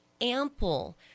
ample